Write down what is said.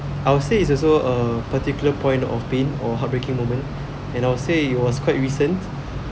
I would say it's also a particular point of pain or heartbreaking moment and I'll say it was quite recent